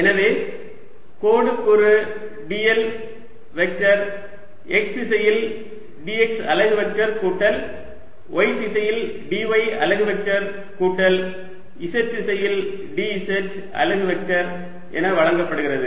எனவே கோடு கூறு dl வெக்டர் x திசையில் dx அலகு வெக்டர் கூட்டல் y திசையில் dy அலகு வெக்டர் கூட்டல் z திசையில் dz அலகு வெக்டர் என வழங்கப்படுகிறது